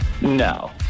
No